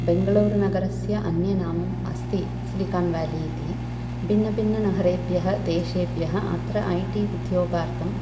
बेङ्गलूरु नगरस्य अन्य नाम अस्ति सिलिकान् वेलि इति भिन्नभिन्न नगरेभ्य देशेभ्य अत्र ऐ टि उद्योगार्थम्